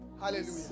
Hallelujah